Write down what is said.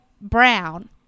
brown